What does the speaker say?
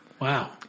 Wow